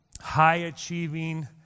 high-achieving